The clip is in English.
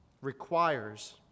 Requires